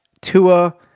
Tua